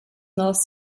north